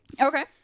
Okay